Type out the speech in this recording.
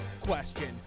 question